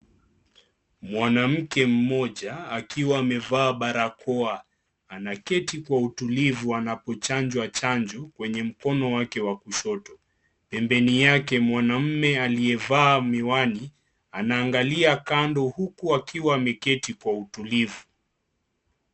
Mwanamke mmoja akiwa amevaa barakoa anaketi kwa utilivu anapochanjwa chanjo kwenye mkono wake wa kushoto. Pembeni yake mwanaume aliyevaa miwani anaangalia kando huku akiwa ameketi kwa utulivu.